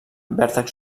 vèrtex